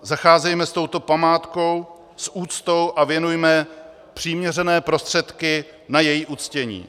Zacházejme s touto památkou s úctou a věnujme přiměřené prostředky na její uctění.